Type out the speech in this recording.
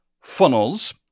funnels